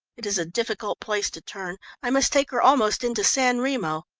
it is a difficult place to turn i must take her almost into san remo.